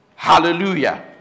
Hallelujah